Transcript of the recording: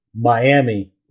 Miami